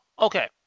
Okay